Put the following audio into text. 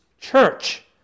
church